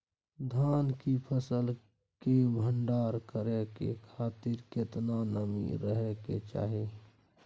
धान की फसल के भंडार करै के खातिर केतना नमी रहै के चाही?